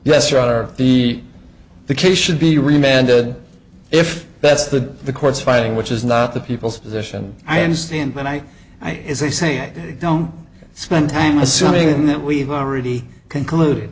be the case should be remanded if that's the the court's fighting which is not the people's position i understand but i i if they say i don't spend time assuming that we've already concluded